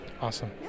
Awesome